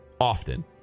often